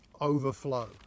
overflow